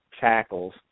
tackles